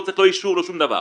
לא צריך לא אישור ולא שום דבר.